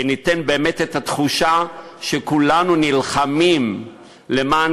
וניתן באמת את התחושה שכולנו נלחמים למען